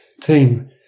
team